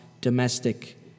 domestic